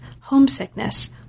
Homesickness